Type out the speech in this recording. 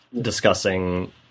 discussing